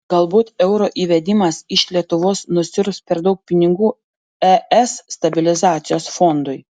galbūt euro įvedimas iš lietuvos nusiurbs per daug pinigų es stabilizacijos fondui